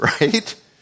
Right